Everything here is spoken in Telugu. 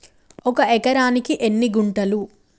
ఒక ఎకరానికి ఎన్ని గుంటలు?